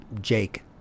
Jake